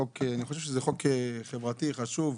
אני חושב שזה חוק חברתי חשוב.